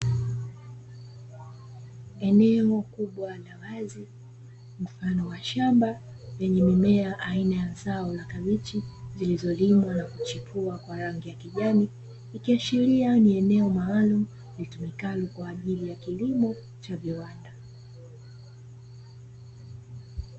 Eneo kubwa la wazi mfano wa shamba lenye mimea aina ya zao la kabichi zilizolimwa na kuchipua kwa rangi ya kijani ikiashiria ni eneo maalumu litumikalo kwa ajili ya kilimo cha viwanda.